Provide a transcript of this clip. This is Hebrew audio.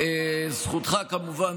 כמובן,